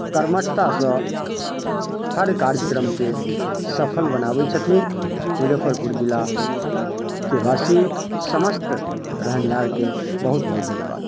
कर्मठतासँ हर कार्यक्रमके सफल बनाबैत छथिन मुजफ्फरपुर जिलाके वासी समस्त रहनिहारके बहुत बहुत धन्यवाद